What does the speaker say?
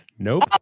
Nope